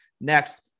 Next